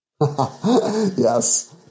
Yes